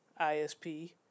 ISP